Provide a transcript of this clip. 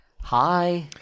Hi